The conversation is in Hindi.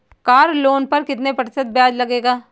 कार लोन पर कितने प्रतिशत ब्याज लगेगा?